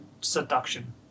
seduction